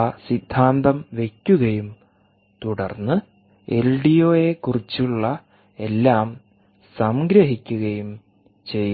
ആ സിദ്ധാന്തം വയ്ക്കുകയും തുടർന്ന് എൽഡിഒയെക്കുറിച്ചുള്ള എല്ലാം സംഗ്രഹിക്കുകയും ചെയ്യുക